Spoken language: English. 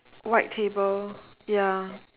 white table ya